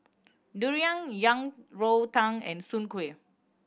durian Yang Rou Tang and Soon Kuih